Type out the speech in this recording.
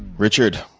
richard,